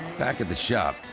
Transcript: back at the shop,